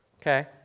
Okay